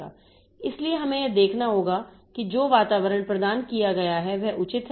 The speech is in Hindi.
इसलिए हमें यह देखना होगा कि जो वातावरण प्रदान किया गया है वह उचित है